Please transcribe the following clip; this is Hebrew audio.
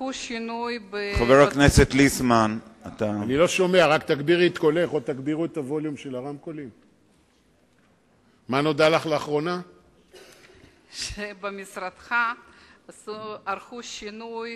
ערכו במשרדך שינוי